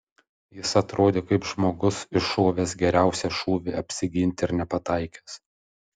jis atrodė kaip žmogus iššovęs geriausią šūvį apsiginti ir nepataikęs